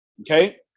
Okay